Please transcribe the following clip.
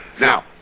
Now